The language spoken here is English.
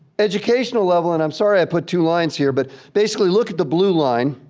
educational level, and i'm sorry i put two lines here. but basically, look at the blue line.